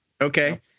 Okay